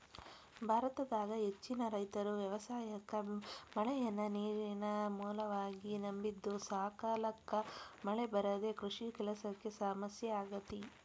ಭಾರತದಾಗ ಹೆಚ್ಚಿನ ರೈತರು ವ್ಯವಸಾಯಕ್ಕ ಮಳೆಯನ್ನ ನೇರಿನ ಮೂಲವಾಗಿ ನಂಬಿದ್ದುಸಕಾಲಕ್ಕ ಮಳೆ ಬರದೇ ಕೃಷಿ ಕೆಲಸಕ್ಕ ಸಮಸ್ಯೆ ಆಗೇತಿ